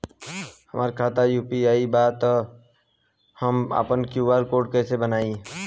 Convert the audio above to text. हमार खाता यू.पी.आई बा त हम आपन क्यू.आर कोड कैसे बनाई?